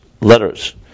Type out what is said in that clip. letters